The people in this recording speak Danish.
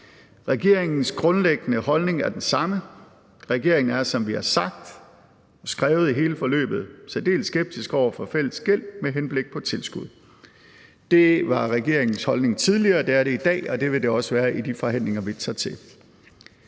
Regeringens grundlæggende holdning er den samme. Regeringen er, som vi har sagt og skrevet i hele forløbet, særdeles skeptiske over for fælles gæld med henblik på tilskud. Det var regeringens holdning tidligere, og det er det i dag, og det vil det også være i de forhandlinger, vi tager til.